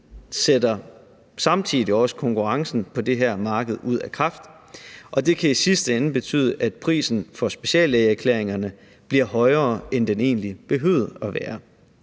sætter samtidig også konkurrencen på det her marked ud af kraft, og det kan i sidste ende betyde, at prisen på speciallægeerklæringerne bliver højere, end den egentlig behøvede at være,